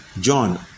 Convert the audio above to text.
John